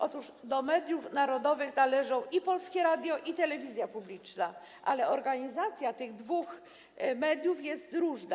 Otóż do mediów narodowych należą i Polskie Radio, i telewizja publiczna, ale organizacja tych dwóch mediów jest różna.